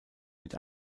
mit